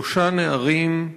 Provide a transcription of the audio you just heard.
שלושה נערים,